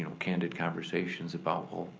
candid conversations about, well,